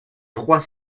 trois